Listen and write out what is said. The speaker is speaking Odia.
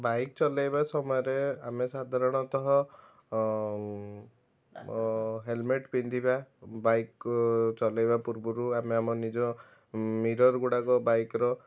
ବାଇକ୍ ଚଲାଇବା ସମୟରେ ଆମେ ସାଧାରଣତଃ ହେଲମେଟ ପିନ୍ଧିବା ବାଇକ୍ ଚଲାଇବା ପୁର୍ବରୁ ଆମେ ଆମ ନିଜ ମିରର୍ ଗୁଡ଼ାକ ବାଇକର